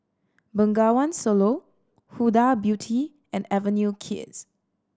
Bengawan Solo Huda Beauty and Avenue Kids